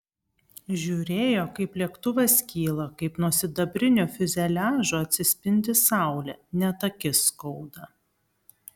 žiūrėjo kaip lėktuvas kyla kaip nuo sidabrinio fiuzeliažo atsispindi saulė net akis skauda